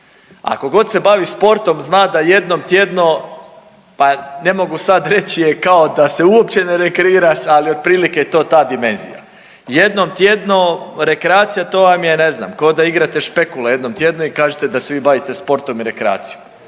kogod se bavi sportom zna da jednom tjedno pa ne mogu sad reć je kao da se uopće ne rekreiraš, ali je otprilike to ta dimenzija. Jednom tjednom rekreacija to vam je ne znam, ko da igrate špekule jednom tjedno i kažete da se vi bavite sportom i rekreacijom.